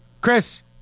chris